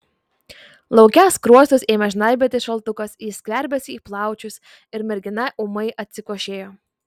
lauke skruostus ėmė žnaibyti šaltukas jis skverbėsi į plaučius ir mergina ūmiai atsikvošėjo